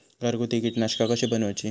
घरगुती कीटकनाशका कशी बनवूची?